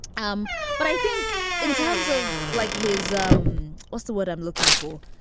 um but i think in terms of like his um what's the word i'm looking for?